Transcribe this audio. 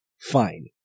Fine